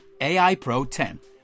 AIPRO10